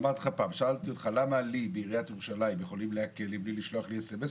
שאלתי אותך פעם: למה לי בעיריית ירושלים יכולים לעקל בלי לשלוח לי סמס?